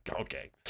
Okay